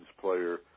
player